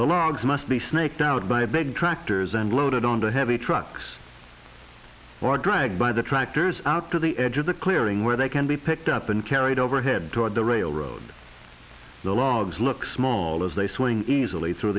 logs must be snaked out by big tractors and loaded on to heavy trucks or dragged by the tractors out to the edge of the clearing where they can be picked up and carried over head toward the railroad the logs look small as they swing easily through